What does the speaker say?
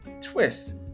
twist